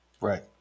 right